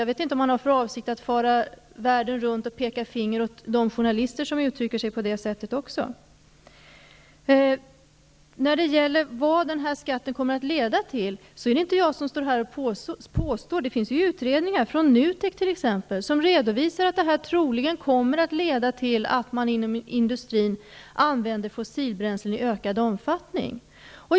Jag vet inte om han har för avsikt att fara världen runt och peka finger åt de journalister som uttrycker sig på det sättet. Vad skatten kommer att leda till är det inte jag som står här och påstår. Det finns utredningar, från NUTEK t.ex., som redovisar att detta troligen kommer att leda till att man inom industrin använder fossilbränslen i ökad omfattning.